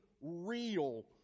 real